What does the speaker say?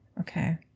okay